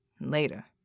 later